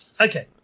Okay